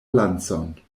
lancon